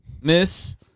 miss